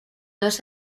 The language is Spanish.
dos